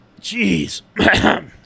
jeez